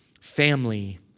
family